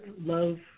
love